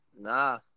nah